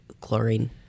chlorine